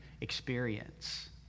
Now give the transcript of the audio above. experience